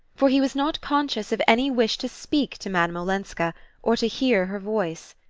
for he was not conscious of any wish to speak to madame olenska or to hear her voice.